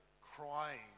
crying